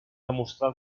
demostrar